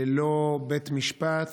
ללא בית משפט.